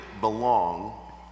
belong